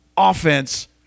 Offense